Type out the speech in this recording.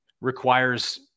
requires